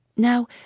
Now